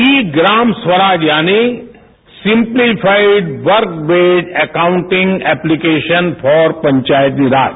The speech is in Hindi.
ई ग्राम स्वराज यानी सिम्पलीफाईड वर्क वेट accounting application for Panchayati Raj